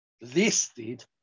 listed